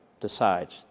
decides